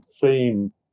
theme